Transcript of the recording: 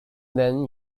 then